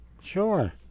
Sure